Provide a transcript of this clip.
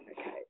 Okay